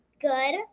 Good